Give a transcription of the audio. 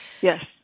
Yes